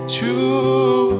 True